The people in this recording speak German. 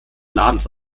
ladens